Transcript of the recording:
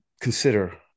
consider